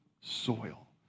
soil